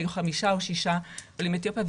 היו חמישה או שישה עולים מאתיופיה.